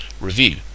review